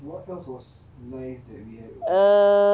what else was nice that we have